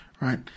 right